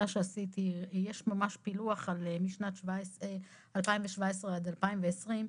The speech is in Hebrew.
שעשיתי יש ממש פילוח בין השנים 2017 ועד 2020,